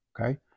okay